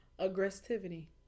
aggressivity